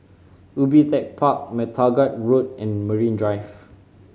Ubi Tech Park MacTaggart Road and Marine Drive